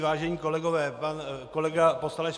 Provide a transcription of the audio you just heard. Vážení kolegové, pan kolega poslanec